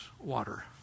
water